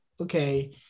okay